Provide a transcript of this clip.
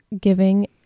giving